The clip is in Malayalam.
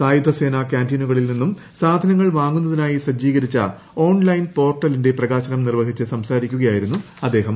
സായുധസേനാ കാന്റീനുകളിൽ നിന്ന് സാധനങ്ങൾ വാങ്ങുന്നതിനായി സജ്ജീകരിച്ച ഓൺലൈൻ പോർട്ടലിന്റെ പ്രകാശനം നിർവഹിച്ച് സംസാരിക്കുകയായിരു ന്നു അദ്ദേഹം